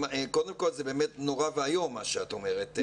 קודם כל זה נורא ואיום מה שאת אומרת.